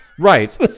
Right